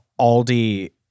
Aldi